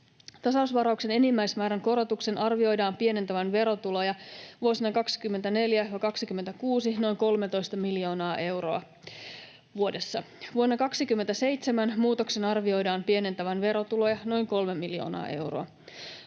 Tasausvarauksen enimmäismäärän korotuksen arvioidaan pienentävän verotuloja vuosina 24—26 noin 13 miljoonaa euroa vuodessa. Vuonna 27 muutoksen arvioidaan pienentävän verotuloja noin kolme miljoonaa euroa.